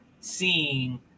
seeing